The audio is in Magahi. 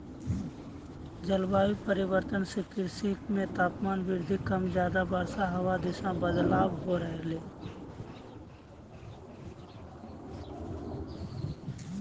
जलवायु परिवर्तन से कृषि मे तापमान वृद्धि कम ज्यादा वर्षा हवा दिशा बदलाव हो रहले